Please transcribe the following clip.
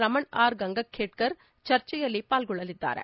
Raman R Gangakhedkar ಚರ್ಚೆಯಲ್ಲಿ ಪಾಲ್ಗೊಳ್ಳಲಿದ್ದಾರೆ